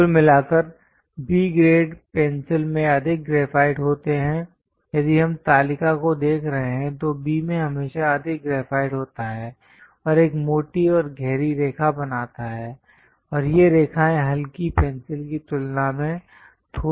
कुल मिलाकर B grade pencil में अधिक ग्रेफाइट होते हैं यदि हम तालिका को देख रहे हैं तो B में हमेशा अधिक ग्रेफाइट होता है और एक मोटी और गहरी रेखा बनाता है और ये रेखाएं हल्की पेंसिल की तुलना में थोड़ी स्मज होती हैं